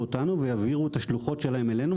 אותנו ויעבירו את השלוחות שלהן אלינו,